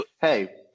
hey –